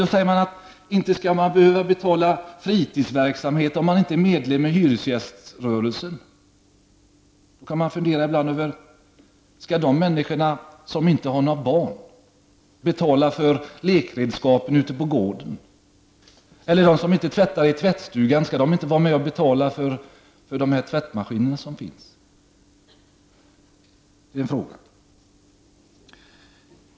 Då sägs det emellertid: Men inte skall de som inte är medlemmar i hyresgäströrelsen behöva betala för fritidsverksamhet. Då kan man fundera över om de människor som inte har några barn skall betala för lekredskapen ute på gården eller om de som inte tvättar i tvättstugan skall vara med och betala för tvättmaskinerna.